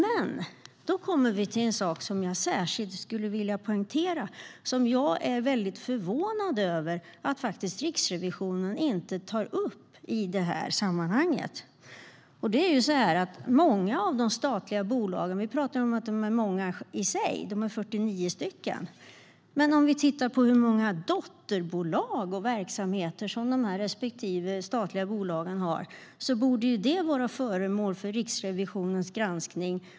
Sedan kommer vi till en sak som jag särskilt skulle vilja poängtera och som jag är väldigt förvånad över att Riksrevisionen inte tar upp i det här sammanhanget. Vi pratar om att de statliga bolagen är många i sig, 49 stycken. Men vi kan också titta på hur många dotterbolag och verksamheter som de respektive statliga bolagen har. Det borde i allra högsta grad vara föremål för Riksrevisionens granskning.